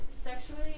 sexually